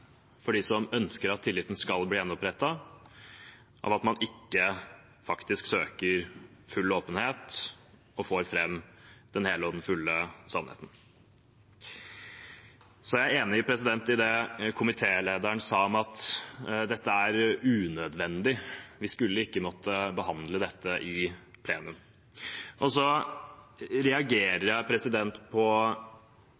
for dem som følger med på dette, for dem som ønsker at tilliten skal bli gjenopprettet – av at man ikke faktisk søker full åpenhet og får fram den hele og fulle sannheten. Jeg er enig i det komitélederen sa om at dette er unødvendig. Vi skulle ikke måtte behandle dette i plenum.